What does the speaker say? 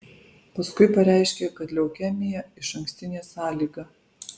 paskui pareiškė kad leukemija išankstinė sąlyga